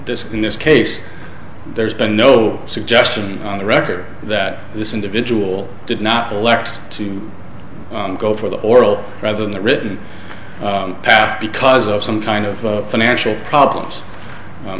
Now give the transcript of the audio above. this in this case there's been no suggestion on the record that this individual did not relax to go for the oral rather than the written path because of some kind of financial problems